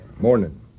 Morning